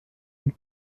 une